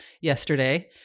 yesterday